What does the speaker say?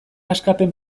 askapen